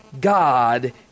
God